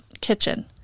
kitchen